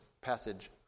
passage